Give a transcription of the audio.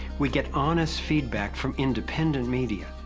we get honest feedback from independent media.